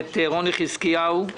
רוני חזקיהו,